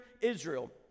Israel